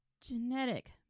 genetic